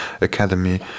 Academy